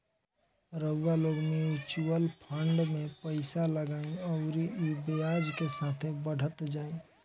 रउआ लोग mutual fund मे पइसा लगाई अउरी ई ब्याज के साथे बढ़त जाई